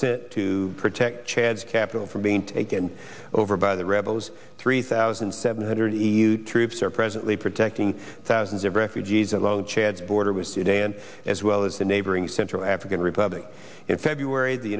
sent to protect chad's capital from being taken over by the rebels three thousand seven hundred troops are presently protecting thousands of refugees along chad border with sudan as well as the neighboring central african republic in february the